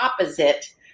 opposite